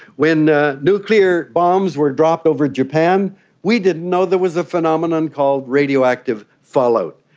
when ah nuclear bombs were dropped over japan we didn't know there was a phenomenon called radioactive fallout.